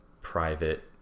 private